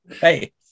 Hey